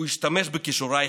הוא ישתמש בכישורייך,